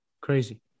Crazy